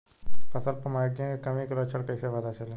फसल पर मैगनीज के कमी के लक्षण कइसे पता चली?